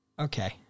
Okay